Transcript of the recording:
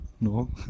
No